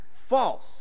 false